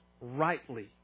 rightly